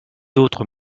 autres